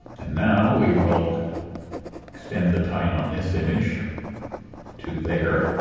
and now we will extend the time on this image to there,